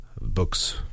books